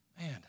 man